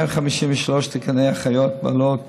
153 תקני אחיות בעלות